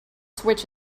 switch